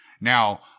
Now